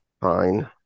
fine